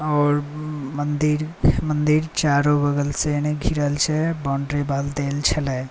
आओर मन्दिर चारू बगलसे घिरल छलै बाउण्ड्री वाल देल छलै